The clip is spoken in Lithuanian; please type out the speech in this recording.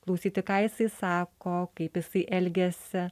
klausyti ką jisai sako kaip jisai elgiasi